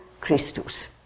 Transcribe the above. Christus